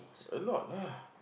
a lot lah